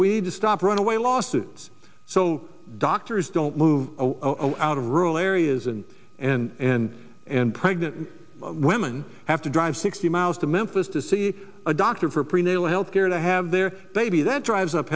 to stop runaway lawsuits so doctors don't move out of rural areas and and and pregnant women have to drive sixty miles to memphis to see a doctor for prenatal health care to have their baby that drives up